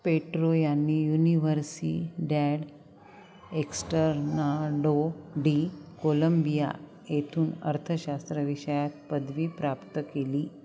petro Externado de Colombia येथून अर्थशास्त्र विषयात पदवी प्राप्त केली